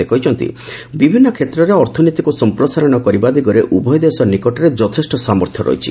ସେ କହିଛନ୍ତି ବିଭିନ୍ନ କ୍ଷେତ୍ରରେ ଅର୍ଥନୀତିକୁ ସମ୍ପ୍ରସାରଣ କରିବା ଦିଗରେ ଉଭୟ ଦେଶ ନିକଟରେ ଯଥେଷ୍ଟ ସାମର୍ଥ୍ୟ ରହିଛି